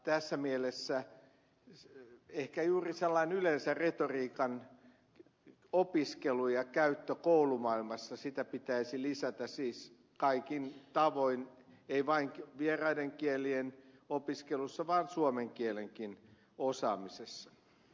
tässä mielessä ehkä juuri yleensä retoriikan opiskelua ja käyttöä koulumaailmassa pitäisi lisätä siis kaikin tavoin ei vain vieraiden kielien opiskelussa vaan suomen kielenkin osaamisessas